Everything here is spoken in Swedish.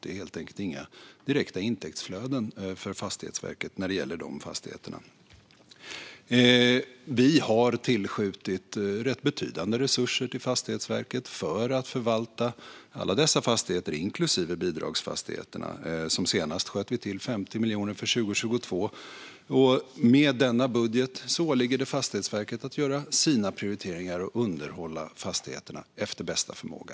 Det blir helt enkelt inga direkta intäktsflöden för Fastighetsverket när det gäller de fastigheterna. Vi har tillskjutit rätt betydande resurser till Fastighetsverket för att förvalta alla dessa fastigheter, inklusive bidragsfastigheterna. Senast sköt vi till 50 miljoner för 2022, och med denna budget åligger det Fastighetsverket att göra sina prioriteringar och underhålla fastigheterna efter bästa förmåga.